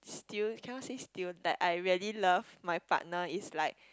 still cannot say still that I really love my partner is like